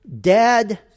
Dad